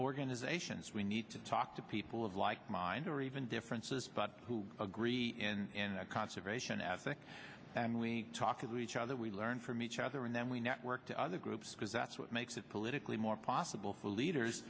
organizations we need to talk to people of like mind or even differences but who agree in conservation afaik and we talk to each other we learn from each other and then we network to other groups because that's what makes it politically more possible for leaders